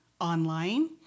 online